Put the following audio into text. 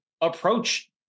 approach